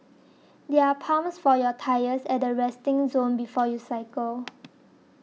there are pumps for your tyres at the resting zone before you cycle